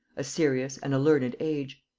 a serious and a learned age.